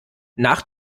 nach